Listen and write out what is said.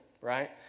right